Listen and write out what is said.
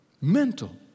Mental